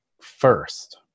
first